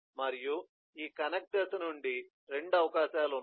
మరియు ఈ కనెక్ట్ దశ నుండి 2 అవకాశాలు ఉన్నాయి